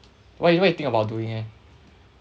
what you what you think about doing eh